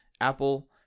Apple